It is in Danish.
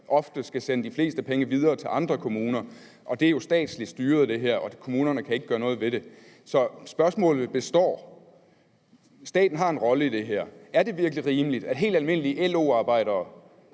ofte skal sende de fleste penge videre til andre kommuner. Det her er jo statsligt styret, og kommunerne kan ikke gøre noget ved det. Så spørgsmålet er: Staten har en rolle i det her. Er det virkelig rimeligt, at helt almindelige LO-arbejdere